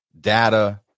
data